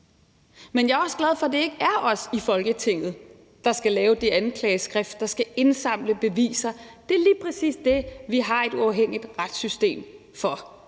Men jeg er også glad for, at det ikke er os i Folketinget, der skal lave det anklageskrift og skal indsamle beviser. Det er lige præcis det, vi har et uafhængigt retssystem for.